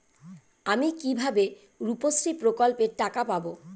আমি কিভাবে রুপশ্রী প্রকল্পের টাকা পাবো?